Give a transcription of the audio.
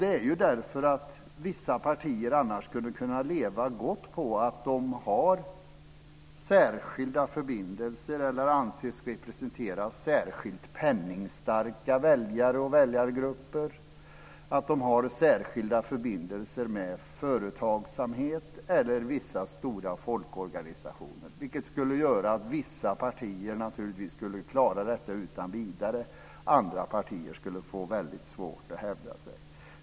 Det gör vi därför att vissa partier annars skulle kunna leva gott på att de har särskilda förbindelser med eller anses representera särskilt penningstarka väljare och väljargrupper, att de har särskilda förbindelser med företagsamhet eller med vissa stora folkorganisationer, vilket skulle göra att vissa partier naturligtvis skulle klara sig utan vidare, medan andra partier skulle få väldigt svårt att hävda sig.